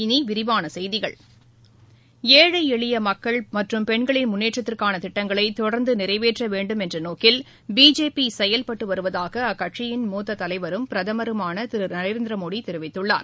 இனிவிரிவானசெய்கிகள் ஏழை எளியமக்கள் மற்றும் பெண்களின் முன்னேற்றத்திற்கானதிட்டங்களைதொடர்ந்துநிறைவேற்றவேண்டும் என்றநோக்கில் பிஜேபிசெயல்பட்டுவருவதாகஅக்கட்சியின் மூத்ததலைவரும் பிரதமருமானதிருநரேந்திரமோடிதெரிவித்துள்ளார்